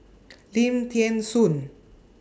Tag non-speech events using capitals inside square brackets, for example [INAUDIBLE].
[NOISE] Lim Thean Soo